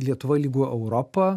lietuva lygu europa